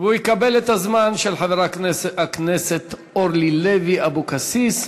הוא יקבל את הזמן של חברת הכנסת אורלי לוי אבקסיס.